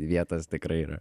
vietos tikrai yra